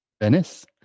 Venice